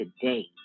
today